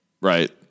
Right